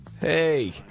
Hey